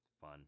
fun